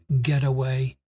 getaway